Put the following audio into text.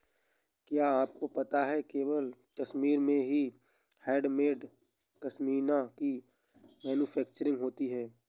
क्या आपको पता है केवल कश्मीर में ही हैंडमेड पश्मीना की मैन्युफैक्चरिंग होती है